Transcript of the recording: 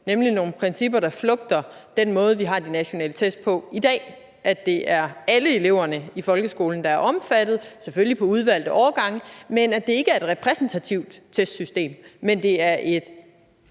nemlig nogle principper, der flugter med den måde, vi udfører de nationale test på i dag, nemlig at det er alle elever i folkeskolen, der er omfattet – selvfølgelig på udvalgte årgange – og at det ikke er et repræsentativt testsystem, men at det er et